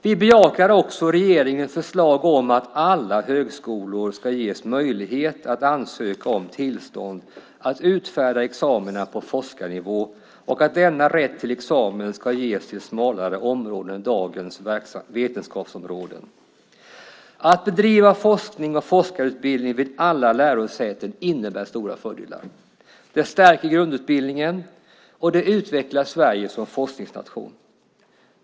Vi bejakar också regeringens förslag om att alla högskolor ska ges möjlighet att ansöka om tillstånd att utfärda examina på forskarnivå och att denna rätt till examen ska ges till smalare områden än dagens vetenskapsområden. Att bedriva forskning och forskarutbildning vid alla lärosäten innebär stora fördelar. Det stärker grundutbildningen och det utvecklar Sverige som forskningsnation.